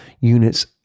units